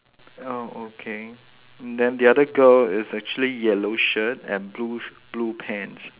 oh okay then the other girl is actually yellow shirt and blue sh~ blue pants